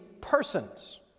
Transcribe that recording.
persons